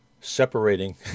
separating